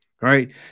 right